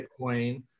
Bitcoin